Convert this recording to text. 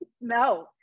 No